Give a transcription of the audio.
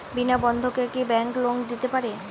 বিনা বন্ধকে কি bank loan দিতে পারে?